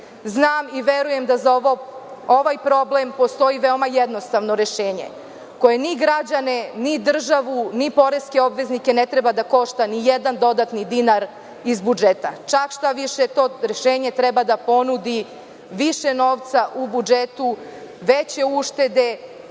Znam i verujem da za ovaj problem postoji veoma jednostavno rešenje koje ni građane, ni državu, ni poreske obveznike ne treba da košta ni jedan dodatni dinar iz budžeta, čak šta više to rešenje treba da ponudi više novca u budžetu, veće uštede